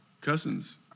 cousins